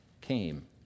came